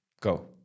Go